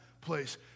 place